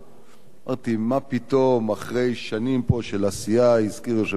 אמרתי, מה פתאום, אחרי שנים של עשייה פה,